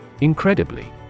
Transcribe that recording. Incredibly